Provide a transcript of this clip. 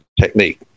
technique